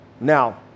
Now